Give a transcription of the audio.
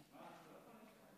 אין הרבה ימים